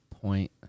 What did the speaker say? point